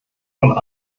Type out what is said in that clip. von